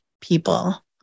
people